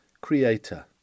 Creator